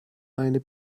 eine